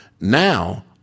Now